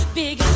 big